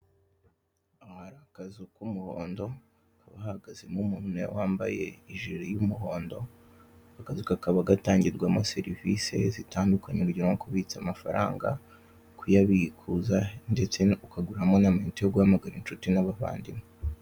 Hano hari akazu k'umuhondo hakaba hahagazemo umuntu wambaye ijire y'umuhondo akazu kakaba gatangirwamo serivise zitandukanye urugero nko kubitsa amafaranga, kuyabikuza ukaguramo n'amayinite yo guhamagara inshuti n'abavandimwe.